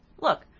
Look